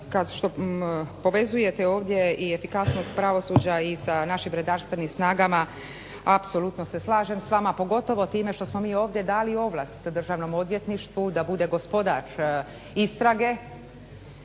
… povezujete ovdje i efikasnost pravosuđa i sa našim redarstvenim snagama apsolutno se slažem s vama, pogotovo time što smo mi ovdje dali ovlast državnom odvjetništvu da bude gospodar istrage